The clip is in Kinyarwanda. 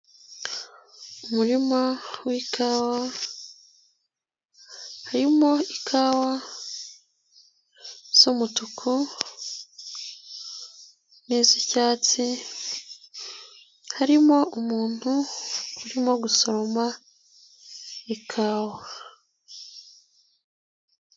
Umurima w'ikawa, harimo ikawa z'umutuku n'izicyatsi, harimo umuntu urimo guso ikawa.